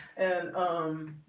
and um